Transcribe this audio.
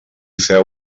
feu